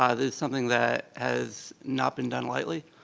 ah this is something that has not been done lightly.